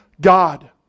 God